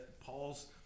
Paul's